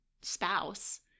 spouse